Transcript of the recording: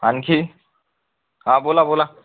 आणखी हा बोला बोला